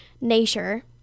Nature